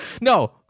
no